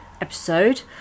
episode